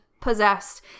possessed